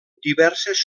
diverses